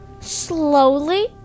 slowly